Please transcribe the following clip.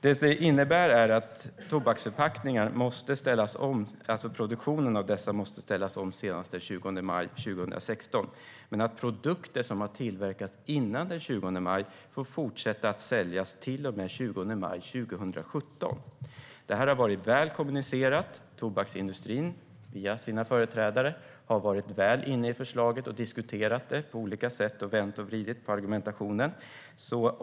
Det som detta innebär är att produktionen av tobaksförpackningar måste ställas om senast den 20 maj 2016, medan produkter som har tillverkats före detta datum får fortsätta att säljas till och med den 20 maj 2017. Det här har varit väl kommunicerat. Tobaksindustrin har via sina företrädare varit med och diskuterat förslaget på olika sätt och vänt och vridit på argumentationen.